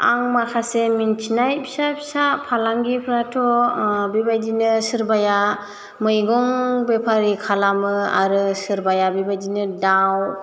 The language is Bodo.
आं माखासे मोनथिनाय फिसा फिसा फालांगिफ्राथ' बेबायदिनो सोरबाया मैगं बेफारि खालामो आरो सोरबाया बेबायदिनो दाउ